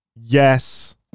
Yes